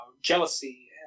jealousy